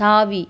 தாவி